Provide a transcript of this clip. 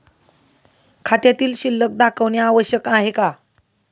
खात्यातील शिल्लक दाखवणे आवश्यक आहे का?